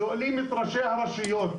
שואלים את ראשי הרשויות,